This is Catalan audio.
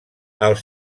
els